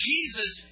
Jesus